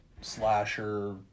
slasher